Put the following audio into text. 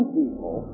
people